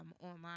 online